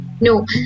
No